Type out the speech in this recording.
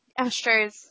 Astros